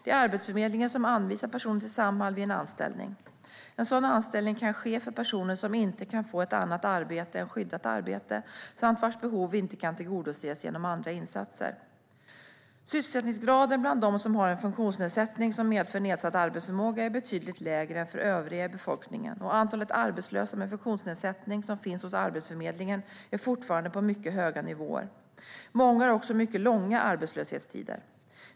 Det är Arbetsförmedlingen som anvisar personer till Samhall vid en anställning. En sådan anställning kan ske för personer som inte kan få ett annat arbete än skyddat arbete samt vilkas behov inte kan tillgodoses genom andra insatser. Sysselsättningsgraden bland dem som har en funktionsnedsättning som medför nedsatt arbetsförmåga är betydligt lägre än för övriga i befolkningen, och antalet arbetslösa med funktionsnedsättning som finns hos Arbetsförmedlingen är fortfarande på mycket höga nivåer. Många har också mycket långa arbetslöshetstider.